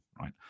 right